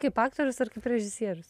kaip aktorius ar kaip režisierius